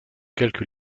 quelques